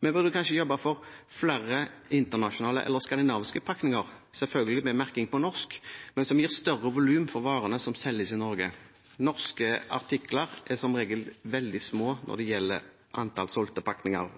Vi burde kanskje jobbe for flere internasjonale eller skandinaviske pakninger, selvfølgelig med merking på norsk, men som gir større volum for varene som selges i Norge. Norske artikler er som regel veldig små når det gjelder antall solgte pakninger.